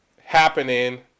Happening